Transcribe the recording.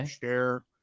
share